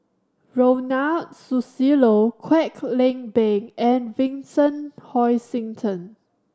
Ronald Susilo Kwek Leng Beng and Vincent Hoisington